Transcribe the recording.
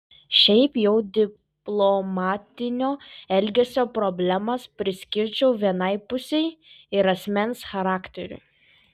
šiaip jau diplomatinio elgesio problemas priskirčiau vienai pusei ir asmens charakteriui